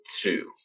two